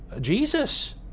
Jesus